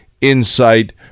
insight